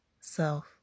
Self